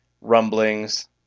rumblings